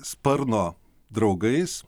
sparno draugais